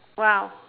!wow!